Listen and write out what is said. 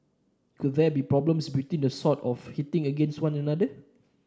could there be some problems between them sort of hitting against one another